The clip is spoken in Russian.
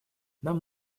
нам